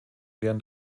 während